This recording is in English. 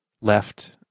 left